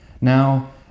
Now